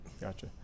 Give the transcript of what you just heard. Gotcha